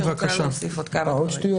שרוצה להוסיף עוד כמה דברים.